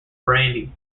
brandy